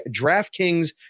DraftKings